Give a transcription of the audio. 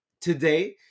today